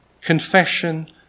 confession